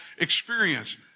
experience